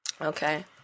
Okay